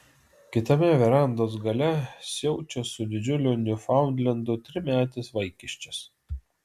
kitame verandos gale siaučia su didžiuliu niufaundlendu trimetis vaikiščias